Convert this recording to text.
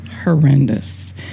horrendous